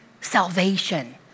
salvation